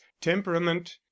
temperament